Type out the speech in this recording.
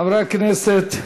חברי הכנסת,